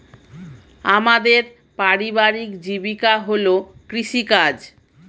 আমাদের পারিবারিক জীবিকা হল কৃষিকাজ